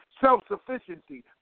self-sufficiency